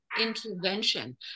intervention